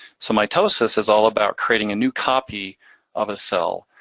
so mitosis is all about creating a new copy of a cell.